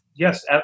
Yes